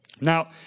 Now